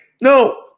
No